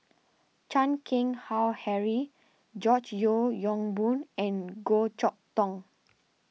Chan Keng Howe Harry George Yeo Yong Boon and Goh Chok Tong